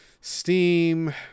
Steam